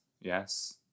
yes